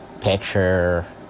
picture